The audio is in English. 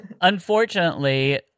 Unfortunately